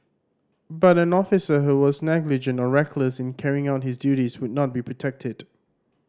but an officer who was negligent or reckless in carrying out his duties would not be protected